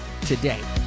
today